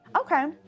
okay